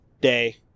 day